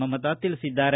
ಮಮತಾ ತಿಳಿಸಿದ್ದಾರೆ